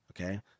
okay